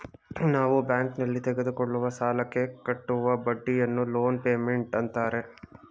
ನಾವು ಬ್ಯಾಂಕ್ನಲ್ಲಿ ತೆಗೆದುಕೊಳ್ಳುವ ಸಾಲಕ್ಕೆ ಕಟ್ಟುವ ಬಡ್ಡಿಯನ್ನು ಲೋನ್ ಪೇಮೆಂಟ್ ಅಂತಾರೆ